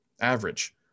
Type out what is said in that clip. average